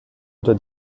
oder